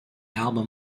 album